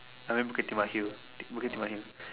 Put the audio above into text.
I mean Bukit-Timah-hill Bukit-Timah-hill